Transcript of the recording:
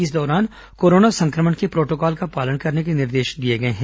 इस दौरान कोरोना संक्रमण के प्रोटोकाल का पालन करने के निर्देश दिए गए हैं